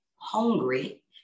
hungry